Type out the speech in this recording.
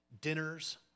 dinners